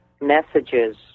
messages